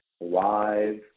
live